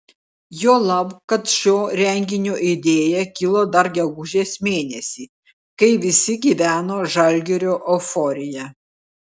juolab kad šio renginio idėja kilo dar gegužės mėnesį kai visi gyveno žalgirio euforija